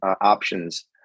options